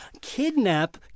kidnap